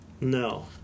No